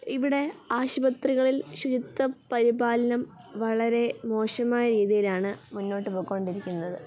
ഇവിടെ ആശുപത്രികളിൽ ശുചിത്വ പരിപാലനം വളരെ മോശമായ രീതിയിലാണ് മുന്നോട്ട് പോയിക്കൊണ്ടിരിക്കുന്നത്